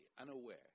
unaware